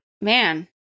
man